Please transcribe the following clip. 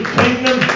kingdom